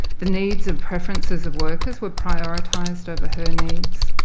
the needs of preferences of workers were prioritised over her needs.